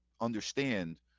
understand